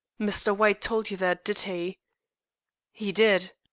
mr. white told you that, did he? he did.